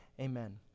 amen